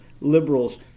liberals